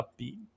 upbeat